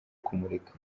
kumureka